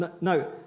No